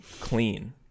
clean